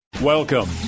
Welcome